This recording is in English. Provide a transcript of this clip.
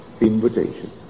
invitation